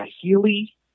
Healy